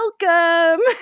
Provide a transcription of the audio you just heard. welcome